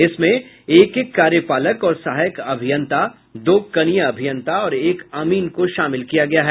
इसमें एक एक कार्यपालक और सहायक अभियंता दो कनीय अभियंता और एक अमीन को शामिल किया गया है